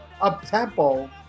up-tempo